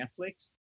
Netflix